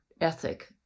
ethic